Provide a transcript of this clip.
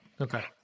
Okay